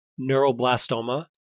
neuroblastoma